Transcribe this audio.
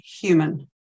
human